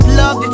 love